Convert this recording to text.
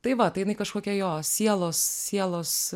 tai va tai jinai kažkokia jo sielos sielos